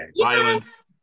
violence